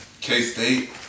K-State